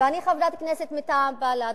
אני חברת כנסת מטעם בל"ד,